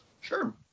Sure